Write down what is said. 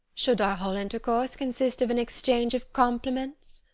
should our whole intercourse consist of an exchange of compliments?